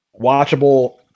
watchable